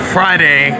Friday